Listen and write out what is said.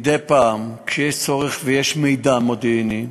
מדי פעם, כשיש צורך ויש מידע מודיעיני,